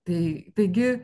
tai taigi